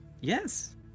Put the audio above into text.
yes